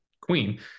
Queen